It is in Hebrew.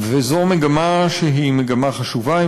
וזו מגמה שהיא מגמה חשובה.